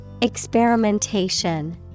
Experimentation